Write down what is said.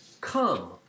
Come